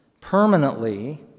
permanently